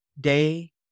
day